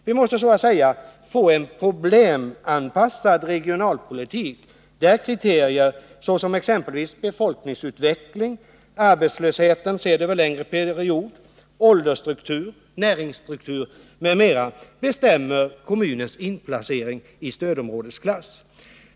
Vi måste så att säga få en problemanpassad regionalpolitik där olika kriterier, såsom befolkningsutveckling, arbetslöshet sedd över en längre period, åldersstruktur och näringsstruktur, bestämmer kommunens inplacering i stödområdesklass.